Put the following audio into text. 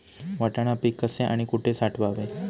वाटाणा पीक कसे आणि कुठे साठवावे?